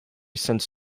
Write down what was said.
since